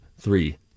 three